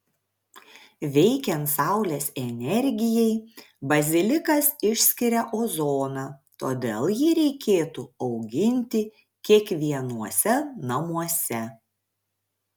veikiant saulės energijai bazilikas išskiria ozoną todėl jį reikėtų auginti kiekvienuose namuose